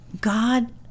God